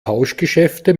tauschgeschäfte